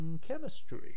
Chemistry